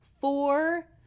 four